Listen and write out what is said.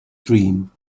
dream